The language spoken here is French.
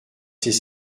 c’est